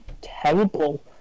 Terrible